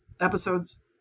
episode's